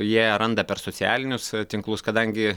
jie randa per socialinius tinklus kadangi